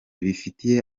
bifitiye